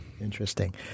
interesting